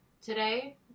today